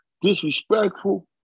disrespectful